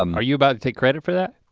um are you about to take credit for that?